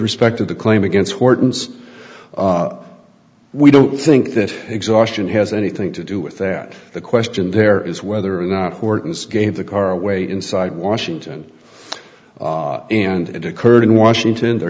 respect to the claim against horton's we don't think that exhaustion has anything to do with that the question there is whether or not horton's gave the car away inside washington and it occurred in washington